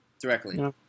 Directly